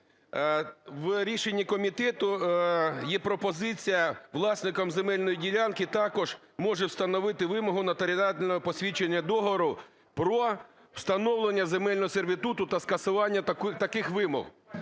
В рішенні комітету є пропозиція: "Власник земельної ділянки також може встановити вимогу нотаріального посвідчення договору про встановлення земельного сервітуту та скасування таких вимог".